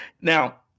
now